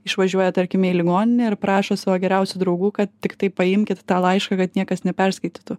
išvažiuoja tarkime į ligoninę ir prašo savo geriausių draugų kad tiktai paimkit tą laišką kad niekas neperskaitytų